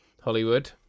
Hollywood